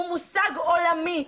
הוא מושג עולמי.